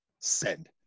send